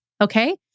okay